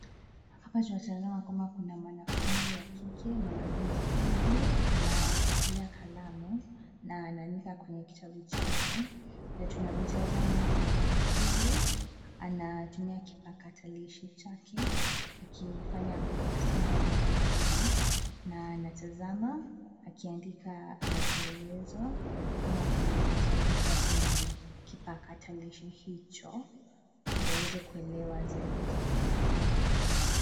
Hapa tunatazama kwamba kuna mwanafunzi wa kike. Mwanafunzi huyu anashikilia kalamu na anaandika kwenye kitabu chake na tunavyotazama mwanafunzi huyu anatumia kipakatalishi chake akifanya masomo ya mtandaoni na anatazama akiandaka anachoelezwa ama kusomeshwa kwenye kipakatalishi hicho ndio aweze kuelewa zaidi.